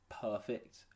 perfect